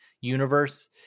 universe